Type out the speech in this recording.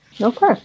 Okay